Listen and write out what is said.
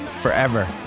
forever